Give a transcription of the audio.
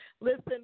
Listen